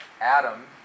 Adam